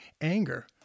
anger